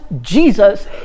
Jesus